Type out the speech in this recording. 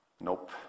nope